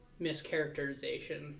mischaracterization